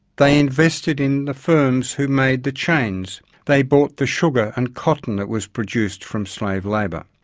they invested in the firms who made the chains they bought the sugar and cotton that was produced from slave labour.